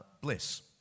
bliss